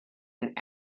and